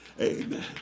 Amen